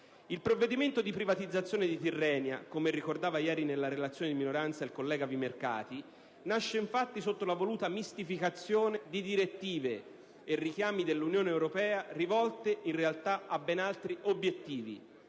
Il provvedimento di privatizzazione di Tirrenia, come ricordava ieri nella relazione di minoranza il collega Vimercati, nasce infatti sotto la voluta mistificazione di direttive e richiami dell'Unione europea, rivolte in realtà a ben altri obiettivi.